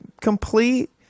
complete